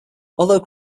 although